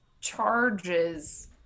charges